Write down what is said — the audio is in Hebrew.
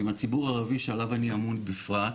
ומהשיח עם הציבור הערבי, שעליו אני אמון, בפרט.